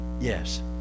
Yes